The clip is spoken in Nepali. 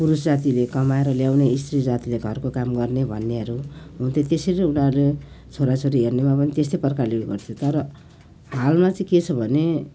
पुरुष जातिले कमाएर ल्याउने स्त्री जातिले घरको काम गर्ने भन्नेहरू हुन्थे त्यसरी नै उनीहरू छोरा छोरी हेर्नुमा पनि त्यस्तै प्रकारले उयो गर्थ्यो तर हालमा चाहिँ के छ भने